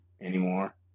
anymore